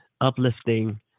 uplifting